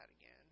again